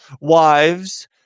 wives